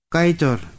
Kaitor